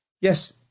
Yes